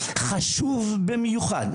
חשוב במיוחד,